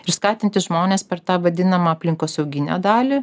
ir skatinti žmones per tą vadinamą aplinkosauginę dalį